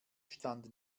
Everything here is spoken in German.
stand